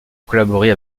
collaborer